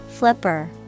Flipper